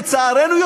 לצערנו,